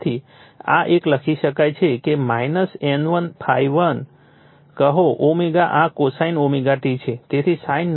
તેથી આ એક લખી શકાય છે કે N1 ∅m કહો ω આ cosine ωt છે